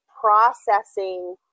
processing